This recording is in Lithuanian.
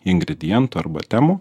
ingredientų arba temų